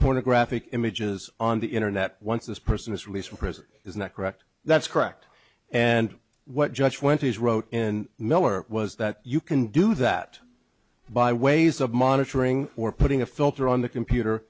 pornographic images on the internet once this person is released from prison is not correct that's correct and what judge went is wrote in miller was that you can do that by ways of monitoring or putting a filter on the computer